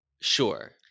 Sure